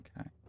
Okay